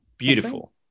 Beautiful